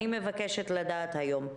אני מבקשת לדעת היום.